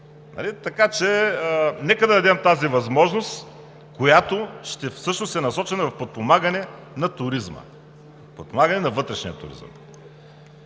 оборот. Нека да дадем тази възможност, която всъщност е насочена към подпомагане на туризма, подпомагане на вътрешния туризъм.